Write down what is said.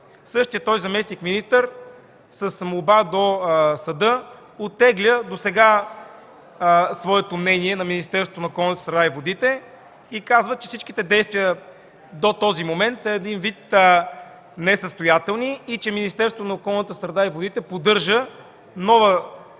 същият този заместник-министър с молба до съда оттегля досегашното свое мнение, на Министерството на околната среда и водите, и казва, че всичките действия до този момент са един вид несъстоятелни и че Министерството на околната среда и водите поддържа нова